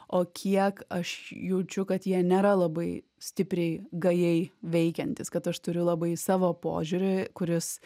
o kiek aš jaučiu kad jie nėra labai stipriai gajai veikiantys kad aš turiu labai savo požiūrį kuris